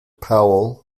powell